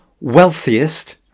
wealthiest